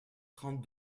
trente